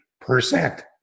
percent